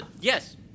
yes